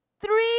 three